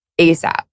ASAP